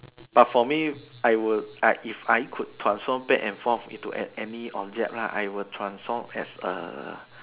but for me I would like if I could transform back and fall into any any object lah I will transform as a